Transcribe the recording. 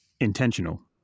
intentional